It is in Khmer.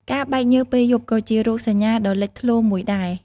ការបែកញើសពេលយប់ ក៏ជារោគសញ្ញាដ៏លេចធ្លោមួយដែរ។